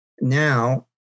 Now